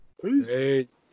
Please